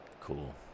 Cool